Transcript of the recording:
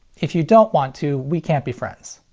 if you don't want to we can't be friends.